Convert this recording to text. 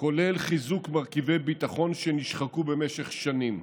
כולל חיזוק מרכיבי ביטחון שנשחקו במשך שנים,